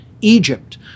Egypt